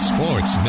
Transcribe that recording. Sports